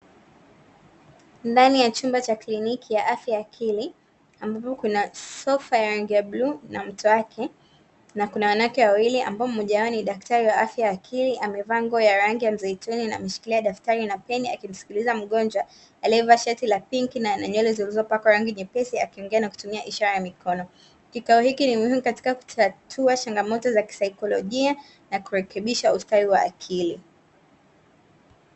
Ndani ya chumba cha kliniki ya afya ya akili, ambapo kuna sofa ya rangi ya bluu na mto wake, na kuna wanawake wawili ambao mmoja wao ni daktari wa afya ya akili amevaa nguo ya rangi ya mzeituni na ameshikilia daftari na peni akimsikiliza mgonjwa alievaa shati la pinki na ana nywele zilizopakwa rangi nyepesi akiongea na kutumia ishara ya mikono. Kikao hiki ni muhimu katika kutatua changamoto za kisaikolojia na kurekebisha ustawi wa akili.